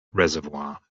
reservoir